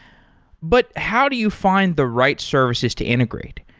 but how do you find the right services to integrate?